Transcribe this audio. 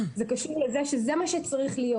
זה קשור לזה שזה מה שצריך להיות.